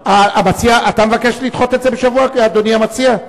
אתה מבקש לדחות את זה בשבוע, אדוני המציע?